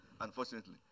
unfortunately